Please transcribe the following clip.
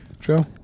Joe